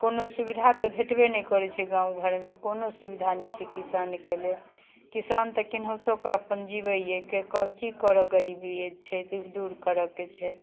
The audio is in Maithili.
कोनो सुविधा तऽ भेटबे नहि करै छै गाँव घरमे कोनो सुविधा नहि छै किसानके लेल किसान तऽ केनाहितो कऽ अपन जिबैये की करऽ गरीबी अइ छै तऽ दूर करऽ के छै